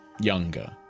younger